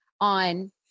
on